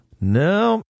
No